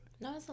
No